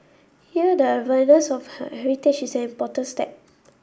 here the awareness of heritage is an important step